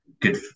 good